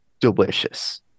delicious